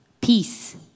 peace